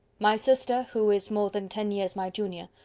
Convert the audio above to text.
my sister, who is more than ten years my junior,